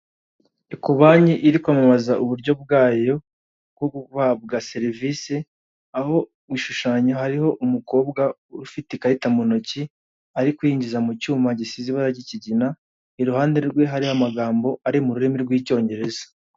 Eko banki iri kwamamaza uburyo bwayo bwo guhabwa serivise, aho ku gishushanyo hariho umukobwa ufite ikarita mu ntoki, ari kuyinjiza mu cyuma gisize ibara ry'ikigina, iruhande rwe hari amagambo ari mu rurimi rw'Icyongereza.